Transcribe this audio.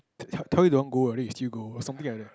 te~ tell you don't go already still go or something like that